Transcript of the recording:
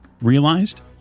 realized